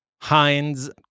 Heinz